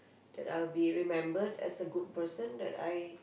that I'll be remembered as a good person that I